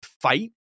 fight